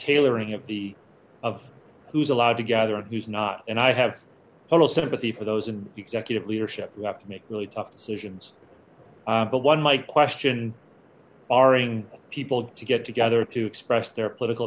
tailoring of the of who is allowed to gather and who's not and i have almost sympathy for those in executive leadership who have to make really tough decisions but one might question barring people to get together to express their political